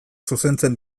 zuzentzen